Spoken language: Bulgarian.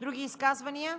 Други изказвания?